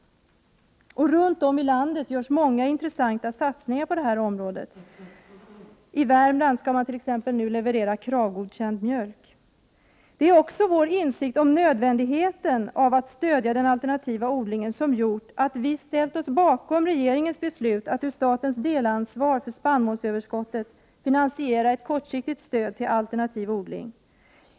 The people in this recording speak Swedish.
Runt om i landet görs många intressanta satsningar på det här området. I Värmland skall nu t.ex. levereras KRA V-godkänd mjölk. Det är också vår insikt om nödvändigheten av att stödja den alternativa odlingen som gjort att vi ställt oss bakom regeringens beslut att ur statens delansvar för spannmålsöverskottet finansiera ett kortsiktigt stöd till alternativ odling.